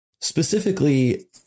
specifically